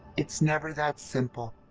it's never that simple.